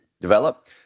develop